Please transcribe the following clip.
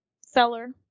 seller